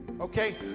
Okay